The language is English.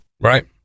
Right